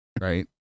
Right